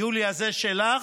יוליה, זה שלך,